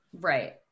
Right